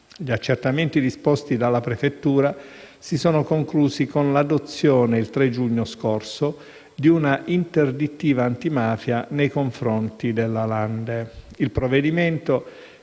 Gli accertamenti disposti dalla prefettura si sono conclusi con l'adozione, il 3 giugno scorso, di un'interdittiva antimafia nei confronti della Lande. Il provvedimento